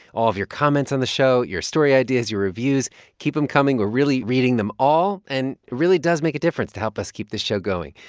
all of your comments on the show, your story ideas, your reviews keep them coming. we're really reading them all. and it really does make a difference to help us keep this show going.